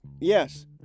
yes